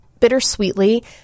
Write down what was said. Bittersweetly